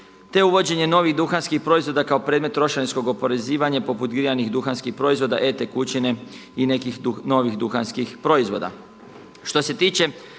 te uvođenje novih duhanskih proizvoda kao predmet trošarinskog oporezivanja poput grijanih duhanskih proizvoda, e-tekućine i nekih novih duhanskih proizvoda. Što se tiče